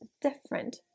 different